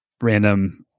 random